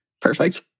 Perfect